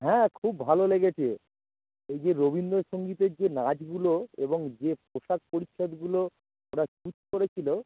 হ্যাঁ খুব ভালো লেগেছে ওই যে রবীন্দ্রসঙ্গীতের যে নাচগুলো এবং যে পোশাক পরিচ্ছদগুলো ওরা চুজ করেছিল